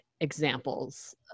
examples